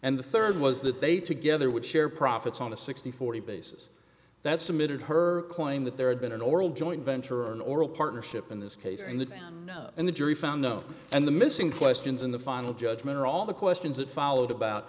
and the third was that they together would share profits on a sixty forty basis that submitted her claim that there had been an oral joint venture an oral partnership in this case and the man and the jury found no and the missing questions in the final judgment or all the questions that followed about